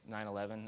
9-11